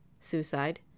suicide